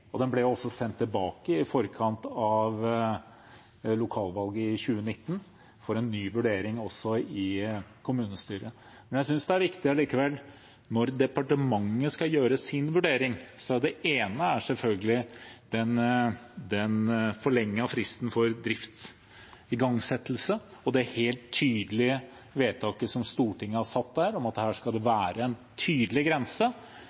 og den ble også sendt tilbake, i forkant av lokalvalget i 2019, for en ny vurdering i kommunestyret. Når departementet skal gjøre sin vurdering, synes jeg likevel det er viktig å si at det ene er selvfølgelig den forlengede fristen for idriftsettelse og det helt tydelige vedtaket som Stortinget har satt om at her skal det være en tydelig grense,